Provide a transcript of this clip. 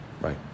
Right